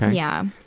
yeah.